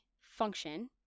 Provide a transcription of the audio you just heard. function